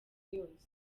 yose